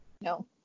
No